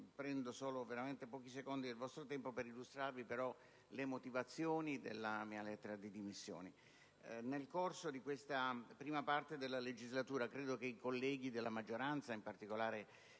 prendo davvero solo pochi minuti del vostro tempo per illustrarvi le motivazioni della mia lettera di dimissioni. Nel corso di questa prima parte della legislatura, credo che i colleghi della maggioranza, in particolare